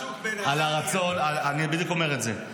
השוק --- אני בדיוק אומר את זה,